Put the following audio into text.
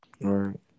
right